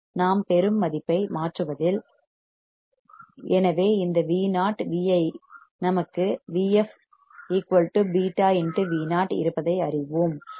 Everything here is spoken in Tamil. நாம் பெறும் மதிப்பை மாற்றுவதில் எனவே இந்த Vo Vi நமக்கு Vf β Vo இருப்பதை அறிவோம்